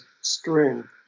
string